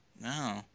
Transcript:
No